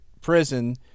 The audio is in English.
prison